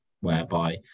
whereby